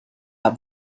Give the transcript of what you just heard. have